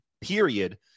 period